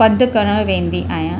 पंधि करणु वेंदी आहियां